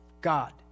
God